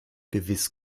gewiss